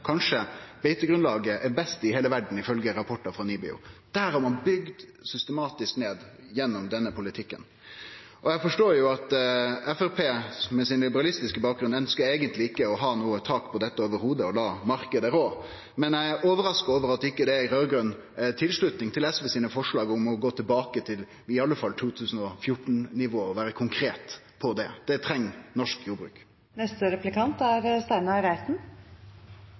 er best i heile verda, ifølgje rapportar frå NIBIO. Der har ein bygd systematisk ned gjennom denne politikken. Eg forstår at Framstegspartiet med sin liberalistiske bakgrunn eigentleg ikkje i det heile ønskjer å ha noko tak på dette, men vil la marknaden rå. Men eg er overraska over at det ikkje er ei raud-grøn tilslutning til SVs forslag om å gå tilbake til i alle fall 2014-nivå og vere konkret på det. Det treng norsk jordbruk. På side 7 i